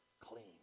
clean